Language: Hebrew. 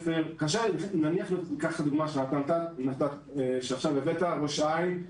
ניקח את הדוגמה שנתת כרגע של ראש העין,